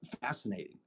fascinating